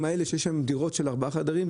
האלה שיש היום דירות של ארבעה חדרים,